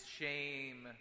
shame